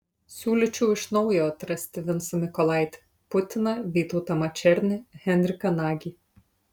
siūlyčiau iš naujo atrasti vincą mykolaitį putiną vytautą mačernį henriką nagį